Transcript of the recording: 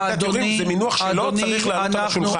כיתת יורים זה מינוח שלא צריך לעלות על השולחן.